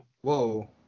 Whoa